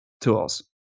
tools